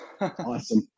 awesome